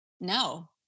no